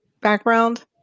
background